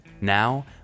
Now